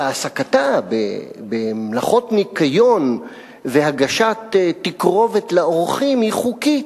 שהעסקתה במלאכות ניקיון והגשת תקרובת לאורחים היא חוקית,